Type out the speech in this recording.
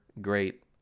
great